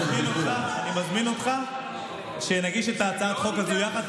אני מזמין אותך שנגיש את הצעת החוק הזאת יחד,